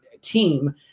team